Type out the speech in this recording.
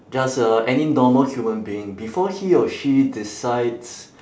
just a any normal human being before he or she decides